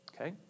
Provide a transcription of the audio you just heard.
Okay